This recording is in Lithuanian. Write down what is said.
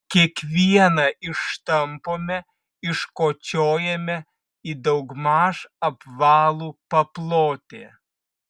kiekvieną ištampome iškočiojame į daugmaž apvalų paplotį